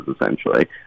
essentially